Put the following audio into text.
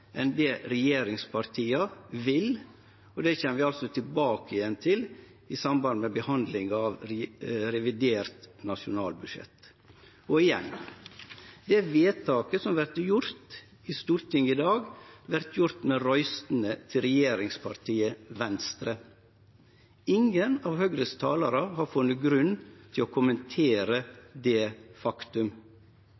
enn det regjeringspartia vil, og det kjem vi altså tilbake til i samband med behandlinga av revidert nasjonalbudsjett. Igjen: Det vedtaket som vert gjort i Stortinget i dag, vert gjort med røystene til regjeringspartiet Venstre. Ingen av Høgres talarar har funne grunn til å kommentere